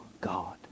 God